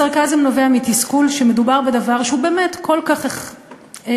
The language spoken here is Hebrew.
הסרקזם נובע מתסכול שכן מדובר בדבר שהוא באמת כל כך נחוץ,